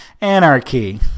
Anarchy